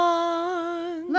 one